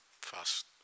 fast